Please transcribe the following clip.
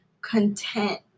content